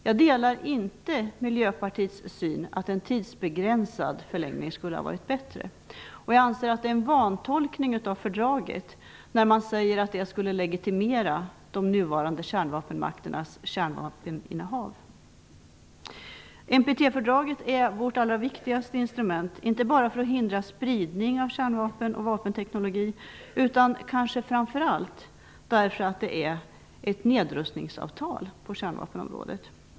Jag delar inte Miljöpartiets syn att en tidsbegränsad förlängning skulle ha varit bättre. Jag anser att det är en vantolkning av fördraget när man säger att det skulle legitimera de nuvarande kärnvapenmakternas kärnvapeninnehav. NPT-fördraget är vårt allra viktigaste instrument inte bara för att hindra spridning av kärnvapen och vapenteknologi utan kanske framför allt därför att det är ett nedrustningsavtal på kärnvapenområdet.